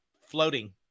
floating